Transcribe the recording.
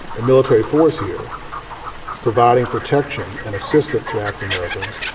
a military force here providing protection and assistance to african-americans.